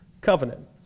covenant